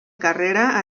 carrera